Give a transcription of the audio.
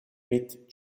mid